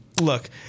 look